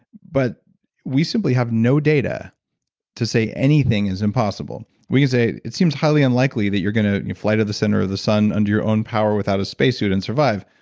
but we simply have no data to say anything is impossible we can say, it seems highly unlikely that you're going to fly to the center of the sun under your own power without a spacesuit and survive.